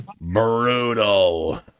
brutal